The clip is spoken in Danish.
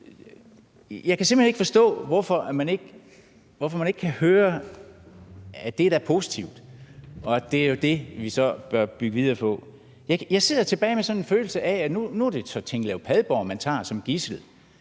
Jeg kan simpelt hen ikke forstå, hvorfor man ikke kan høre, at det da er positivt, og at det jo er det, vi så bør bygge videre på. Jeg sidder tilbage med sådan en følelse af, at nu er det så Tinglev-Padborg-linjen, man tager som gidsel